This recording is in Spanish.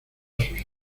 sus